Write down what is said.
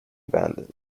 abandoned